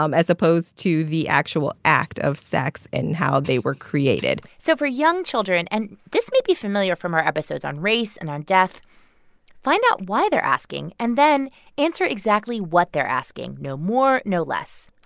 um as opposed to the actual act of sex and how they were created so for young children and this may be familiar from our episodes on race and on death find out why they're asking, and then answer exactly what they're asking no more, no less.